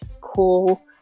cool